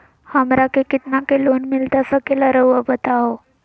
हमरा के कितना के लोन मिलता सके ला रायुआ बताहो?